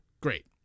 great